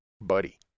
buddy